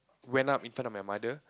went up in front of my mother